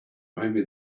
maybe